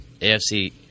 AFC